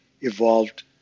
evolved